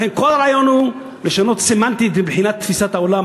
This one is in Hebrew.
לכן כל הרעיון הוא לשנות סמנטית מבחינת תפיסת העולם.